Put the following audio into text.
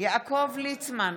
יעקב ליצמן,